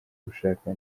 gushaka